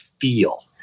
feel